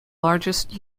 largest